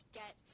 get